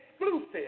exclusive